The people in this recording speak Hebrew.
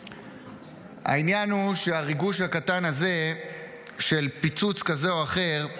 העניין הוא שהריגוש הקטן הזה של פיצוץ כזה או אחר,